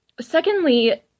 Secondly